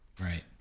right